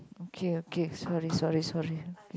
okay okay sorry sorry sorry okay